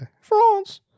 france